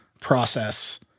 process